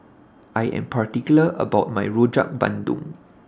I Am particular about My Rojak Bandung